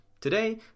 Today